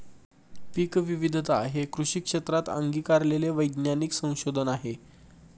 पीकविविधता हे कृषी क्षेत्रात अंगीकारलेले वैज्ञानिक संशोधन आहे